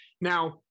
Now